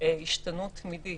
השתנו תמידית.